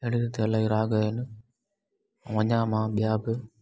एॾियूं त अलाई राग आहिनि अञा मां ॿिया बि